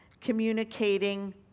communicating